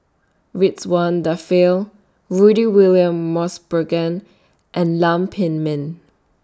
Ridzwan Dzafir Rudy William Mosbergen and Lam Pin Min